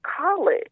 college